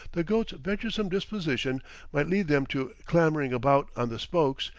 the goats' venturesome disposition might lead them to clambering about on the spokes,